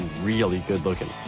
really good-looking.